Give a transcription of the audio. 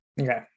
Okay